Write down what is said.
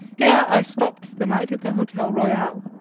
here i stopped for the night at the hotel royale.